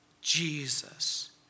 Jesus